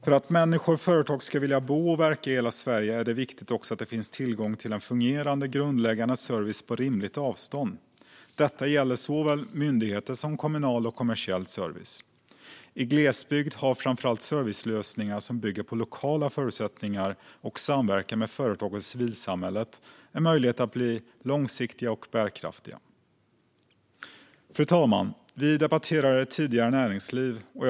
För att människor och företag ska vilja bo och verka i hela Sverige är det viktigt att det också finns tillgång till fungerande grundläggande service på rimligt avstånd. Detta gäller såväl myndigheter som kommunal och kommersiell service. I glesbygd har framför allt servicelösningar som bygger på lokala förutsättningar och samverkan med företagare och civilsamhälle möjlighet att bli långsiktiga och bärkraftiga. Fru talman! Vi har tidigare debatterat näringslivsfrågor.